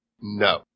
No